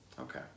Okay